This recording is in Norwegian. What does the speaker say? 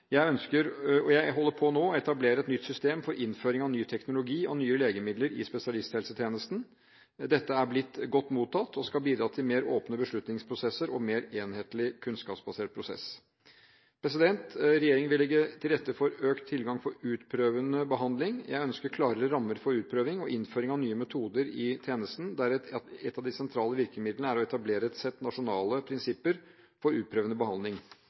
Jeg ønsker – og jeg holder på med nå – å etablere et nytt system for innføring av ny teknologi og nye legemidler i spesialisthelsetjenesten. Dette er blitt godt mottatt og skal bidra til mer åpne beslutningsprosesser og en mer enhetlig kunnskapsbasert prosess. Regjeringen vil legge til rette for økt tilgang på utprøvende behandling. Jeg ønsker klarere rammer for utprøving og innføring av nye metoder i tjenesten, der et av de sentrale virkemidlene er å etablere et sett nasjonale prinsipper for utprøvende behandling.